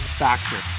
factor